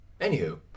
anywho